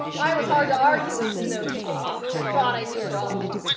i was hard to argue with in those days. i thought i knew it all.